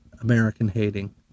American-hating